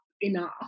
enough